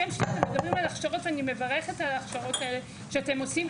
וכשאתם מדברים על הכשרות ואני מברכת על ההכשרות האלה שאתם עושים,